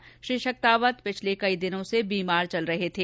गजेंद्र सिंह शक्तावत पिछले कई दिनों से बीमार चल रहे थे